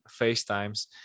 FaceTimes